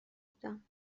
بودم